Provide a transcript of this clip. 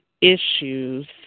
issues